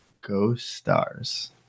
Go-stars